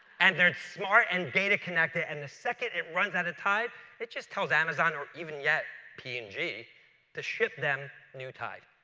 and they're smart and data connected and the second it runs out of tide it just tells amazon, or even yet, p and g to ship them new tide.